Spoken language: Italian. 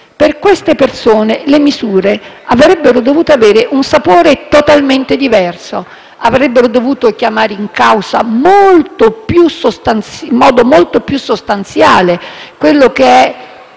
Per queste persone le misure avrebbero dovuto avere un sapore totalmente diverso: avrebbero dovuto chiamare in causa in modo molto più sostanziale quello che è